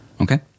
Okay